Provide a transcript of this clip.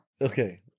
Okay